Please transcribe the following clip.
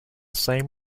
same